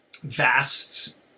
vast